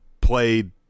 played